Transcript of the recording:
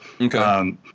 Okay